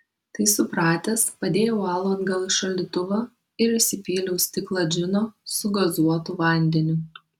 tai supratęs padėjau alų atgal į šaldytuvą ir įsipyliau stiklą džino su gazuotu vandeniu